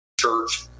church